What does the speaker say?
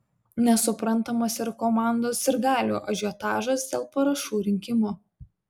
nesuprantamas ir komandos sirgalių ažiotažas dėl parašų rinkimo